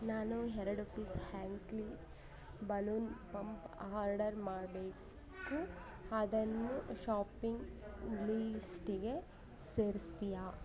ನಾನು ಎರಡು ಪೀಸ್ ಹ್ಯಾಂಕ್ಲಿ ಬಲೂನ್ ಪಂಪ್ ಆರ್ಡರ್ ಮಾಡಬೇಕು ಅದನ್ನು ಶಾಪಿಂಗ್ ಲಿಸ್ಟಿಗೆ ಸೇರಿಸ್ತೀಯಾ